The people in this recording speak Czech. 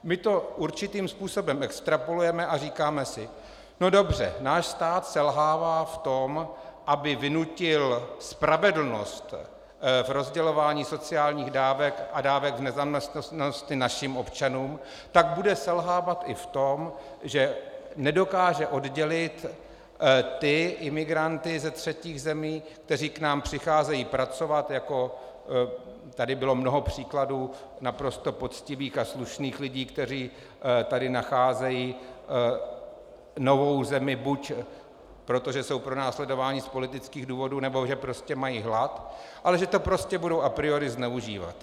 My to určitým způsobem extrapolujeme a říkáme si no dobře, náš stát selhává v tom, aby vynutil spravedlnost v rozdělování sociálních dávek a dávek v nezaměstnanosti našim občanům, tak bude selhávat i v tom, že nedokáže oddělit ty imigranty ze třetích zemí, kteří k nám přicházejí pracovat jako tady bylo mnoho příkladů naprosto poctivých a slušných lidí, kteří tady nacházejí novou zemi buď proto, že jsou pronásledováni z politických důvodů, nebo že prostě mají hlad, ale že to prostě budou a priori zneužívat.